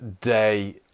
day